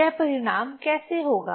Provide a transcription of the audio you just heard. यह परिणाम कैसे होगा